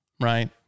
right